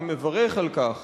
ואני מברך על כך